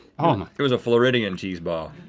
oh. um it was a floridian cheese ball.